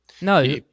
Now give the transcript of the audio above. no